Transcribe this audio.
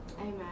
Amen